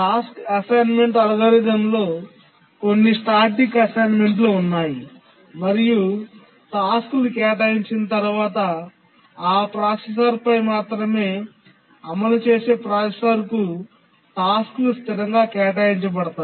task assignment అల్గోరిథంలో కొన్ని static అసైన్మెంట్లు ఉన్నాయి మరియు టాస్క్లు కేటాయించిన తర్వాత ఆ ప్రాసెసర్పై మాత్రమే అమలు చేసే ప్రాసెసర్కు టాస్క్లు స్థిరంగా కేటాయించబడతాయి